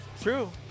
true